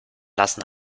lassen